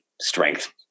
strength